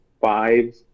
five